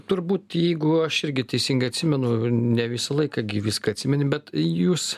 turbūt jeigu aš irgi teisingai atsimenu ne visą laiką gi viską atsimeni bet jūs